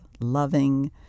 loving